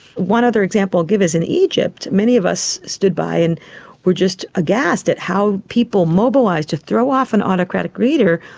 one other example i'll give is in egypt. many of us stood by and were just aghast at how people mobilised to throw off an autocratic leader,